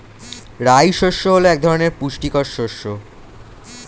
রাই শস্য হল এক পুষ্টিকর শস্য